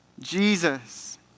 Jesus